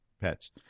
pets